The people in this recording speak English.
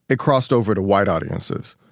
it crossed over to white audiences.